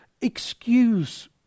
excuse